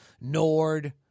Nord